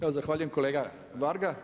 Evo zahvaljujem kolega Varga.